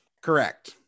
Correct